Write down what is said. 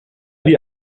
die